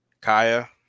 Kaya